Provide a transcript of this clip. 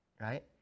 Right